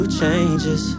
changes